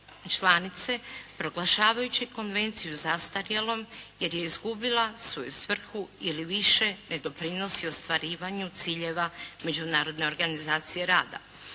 članice proglašavajući konvenciju zastarjelom jer je izgubila svoju vrhu ili više ne doprinosi ostvarivanju ciljeva Međunarodne organizacije rada.